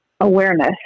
awareness